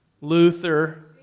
Luther